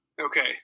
okay